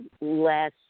less